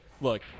look